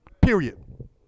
Period